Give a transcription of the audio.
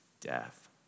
death